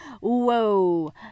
whoa